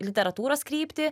literatūros kryptį